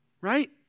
Right